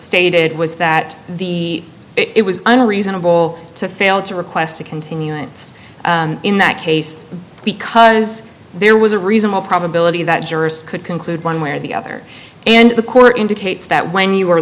stated was that the it was an reasonable to fail to request a continuance in that case because there was a reasonable probability that jurors could conclude one way or the other and the court indicates that when you